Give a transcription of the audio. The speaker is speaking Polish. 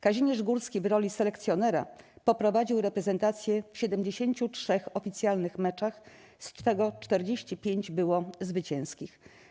Kazimierz Górski w roli selekcjonera poprowadził reprezentację w 73 oficjalnych meczach, z czego 45 było zwycięskich.